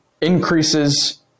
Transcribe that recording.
increases